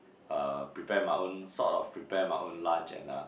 uh prepare my own sort of prepare my own lunch and uh